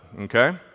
okay